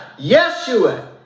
Yeshua